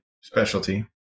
specialty